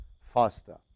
faster